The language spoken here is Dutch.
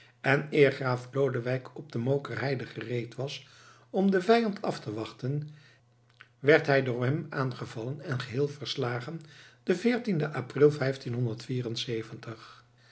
en eer graaf lodewijk op de mookerheide gereed was om den vijand af te wachten werd hij door hem aangevallen en geheel verslagen den veertienden april